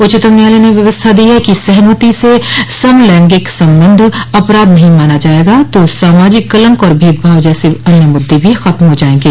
उच्चतम न्यायालय ने व्यवस्था दी है कि सहमति से समलैंगिक संबंध अपराध नहीं माना जाएगा तो सामाजिक कलंक और भेदभाव जैसे अन्य मुद्दे भी खत्म हो जायेंगे